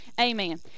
Amen